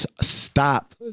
stop